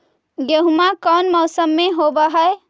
गेहूमा कौन मौसम में होब है?